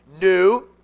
new